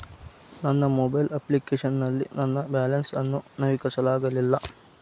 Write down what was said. ನನ್ನ mobile application ನಲ್ಲಿ ನನ್ನ ಬ್ಯಾಲೆನ್ಸ್ ಅನ್ನು ನವೀಕರಿಸಲಾಗಿಲ್ಲ